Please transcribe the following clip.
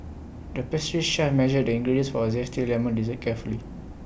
the pastry chef measured the ingredients for A Zesty Lemon Dessert carefully